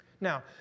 Now